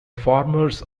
farmers